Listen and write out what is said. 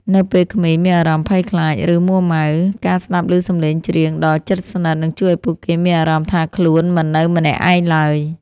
នៅពេលក្មេងមានអារម្មណ៍ភ័យខ្លាច ឬមួរម៉ៅ ការស្តាប់ឮសំឡេងច្រៀងដ៏ជិតស្និទ្ធនឹងជួយឱ្យពួកគេមានអារម្មណ៍ថាខ្លួនមិននៅម្នាក់ឯងឡើយ